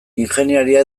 ingeniaria